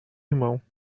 irmão